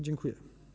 Dziękuję.